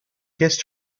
kissed